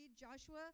Joshua